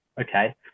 okay